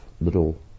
little